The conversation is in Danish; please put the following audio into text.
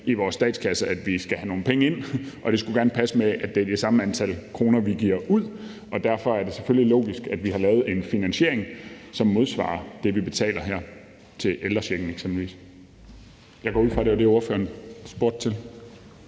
i vores statskasse, at vi skal have nogle penge ind, og at det gerne skulle passe med, at det er de samme antal kroner, vi giver ud. Derfor er det selvfølgelig logisk, at vi har lavet en finansiering, som modsvarer det, vi betaler her, eksempelvis til ældrechecken. Jeg går ud fra, at det var det, ordføreren spurgte til.